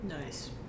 Nice